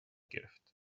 گرفت